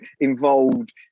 involved